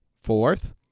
Fourth